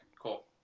cool